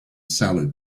salad